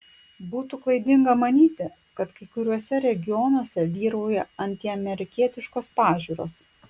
būtų klaidinga manyti kad kai kuriuose regionuose vyrauja antiamerikietiškos pažiūros